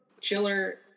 Chiller